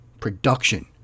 production